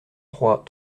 trois